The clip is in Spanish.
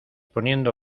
poniendo